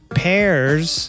pears